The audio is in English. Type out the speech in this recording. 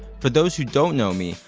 for those who don't know me,